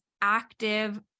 active